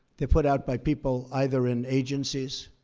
they're put out by people either in agencies.